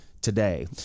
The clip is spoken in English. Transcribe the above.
today